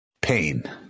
Pain